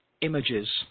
images